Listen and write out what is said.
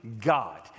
God